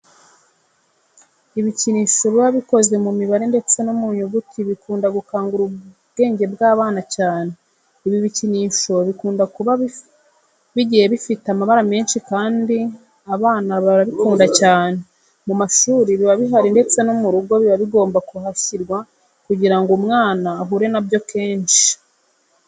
Ibikinisho biba bikoze mu mibare ndetse no mu nyuguti bikunda gukangura ubwenge bw'abana cyane. Ibi bikinisho bikunda kuba bigiye bifite amabara menshi kandi abana barabikunda cyane. Mu mashuri biba bihari ndetse no mu rugo biba bigomba kuhashyirwa kugira ngo umwana ahure na byo kenshi.